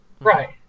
Right